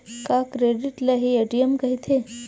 का क्रेडिट ल हि ए.टी.एम कहिथे?